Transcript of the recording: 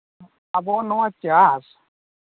ᱟᱵᱚᱣᱟᱜ ᱱᱚᱣᱟ ᱪᱟᱥ